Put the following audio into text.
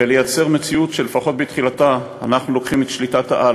ולייצר מציאות שלפחות בתחילתה אנחנו לוקחים את שליטת-העל,